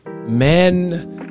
men